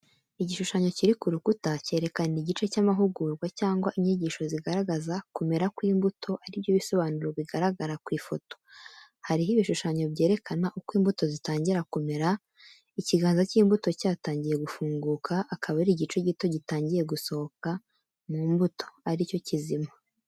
Igishushanyo kiri ku rukuta, cyerekana igice cy’amahugurwa cyangwa inyigisho zigaragaza kumera kw’imbuto ari byo bisobanuro bigaragara ku ifoto. Hariho ibishushanyo byerekana uko imbuto zitangira kumera, ikiganza cy’imbuto cyatangiye gufunguka, akaba ari igice gitoya gitangiye gusohoka mu mbuto, ari cyo kizima.